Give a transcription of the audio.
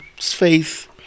faith